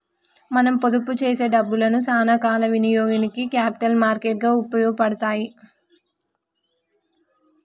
మనం పొదుపు చేసే డబ్బులను సానా కాల ఇనియోగానికి క్యాపిటల్ మార్కెట్ లు ఉపయోగపడతాయి